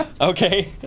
Okay